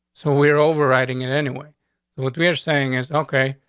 so we're overriding in any way what we're saying is okay.